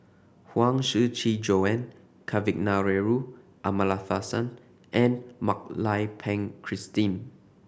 Huang Shiqi Joan Kavignareru Amallathasan and Mak Lai Peng Christine